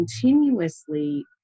continuously